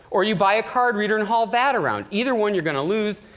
or you buy a card reader and haul that around. either one, you're going to lose.